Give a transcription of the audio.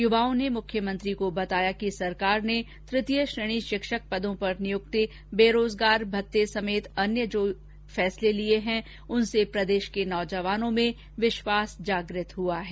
युवाओं ने मुख्यमंत्री को बताया कि सरकार ने तृतीय श्रेणी शिक्षक पदों पर नियुक्ति बेरोजगारी भत्ते समेत अन्य जो फैसले लिए हैं उनसे प्रदेश के नौजवानों में विश्वास जागृत हुआ है